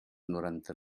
noranta